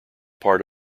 part